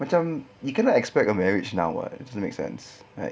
macam you cannot expect a marriage now [what] doesn't make sense right